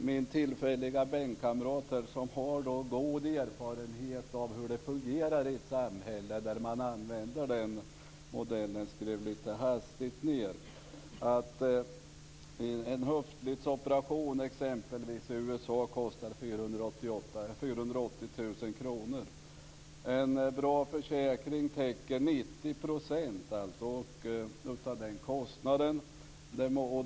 Min tillfälliga bänkkamrat, som har god erfarenhet av hur det fungerar i ett samhälle där man använder den modellen, skrev lite hastigt ned att en höftledsoperation i exempelvis USA kostar 480 000 kr. En bra försäkring täcker 90 % av kostnaden.